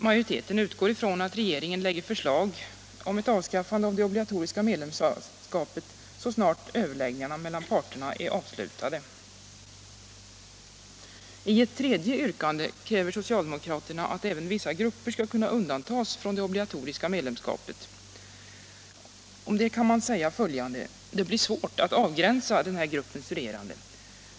Majoriteten utgår ifrån att regeringen framlägger förslag om ett avskaffande av det obligatoriska medlemskapet så snart överläggningarna mellan parterna är avslutade. I ett tredje yrkande kräver socialdemokraterna att även vissa grupper skall kunna undantas från det obligatoriska medlemskapet. Om detta kan man säga följande. Det blir svårt att avgränsa denna grupp studerande.